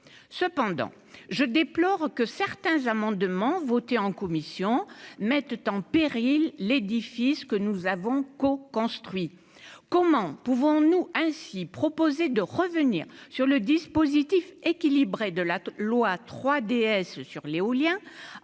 cependant je déplore que certains amendements votés en commission, mettent en péril l'édifice que nous avons co-construit, comment pouvons-nous ainsi proposé de revenir sur le dispositif équilibré de la loi 3DS sur l'éolien